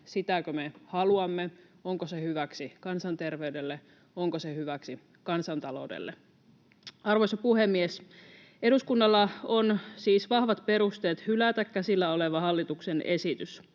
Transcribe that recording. sitäkö me haluamme, onko se hyväksi kansanterveydelle, onko se hyväksi kansantaloudelle. Arvoisa puhemies! Eduskunnalla on siis vahvat perusteet hylätä käsillä oleva hallituksen esitys.